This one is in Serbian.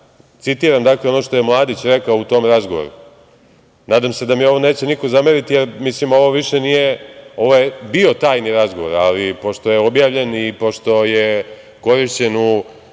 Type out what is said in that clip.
citiram ono što je Mladić rekao u tom razgovoru, nadam se da mi ovo neće niko zameriti, jer ovo je bio tajni razgovor, ali pošto je objavljen i pošto je korišćen u